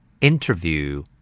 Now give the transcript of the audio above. interview